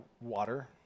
water